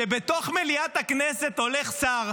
שבתוך מליאת הכנסת הולך שר,